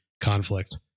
conflict